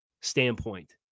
standpoint